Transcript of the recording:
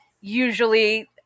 usually –